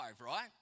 right